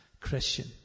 Christian